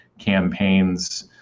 campaigns